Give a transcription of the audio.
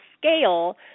scale